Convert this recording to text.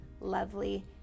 lovely